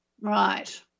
Right